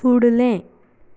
फुडलें